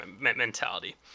mentality